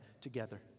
together